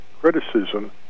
Criticism